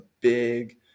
big